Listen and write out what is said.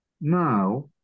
now